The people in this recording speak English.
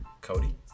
Cody